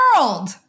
world